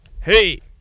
Hey